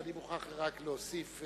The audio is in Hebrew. אני מוכרח רק להוסיף,